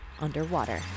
Underwater